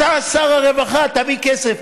אתה שר הרווחה, תביא כסף.